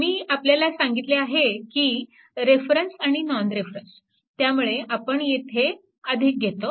मी आपल्याला सांगितले आहे की रेफेरंस आणि नॉन रेफेरंस त्यामुळे आपण येथे घेतो